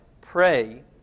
Pray